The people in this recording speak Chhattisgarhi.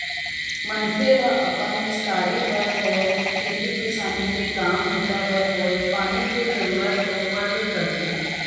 मनखे ल अपन निस्तारी बर होय खेती किसानी के काम बूता बर होवय पानी के जरुरत तो पड़बे करथे